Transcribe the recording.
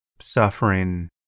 suffering